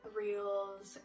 reels